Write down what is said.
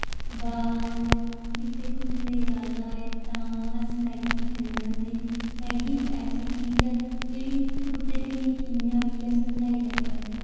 बाह्र किते घूमने जाना होए तां अस मैगी खन्ने होन्ने मैगी इक ऐसी चीज ऐ जेह्ड़ी कुतै बी कि'यां बी अस बनाई लैन्ने होन्ने